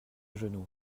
genou